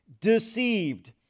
deceived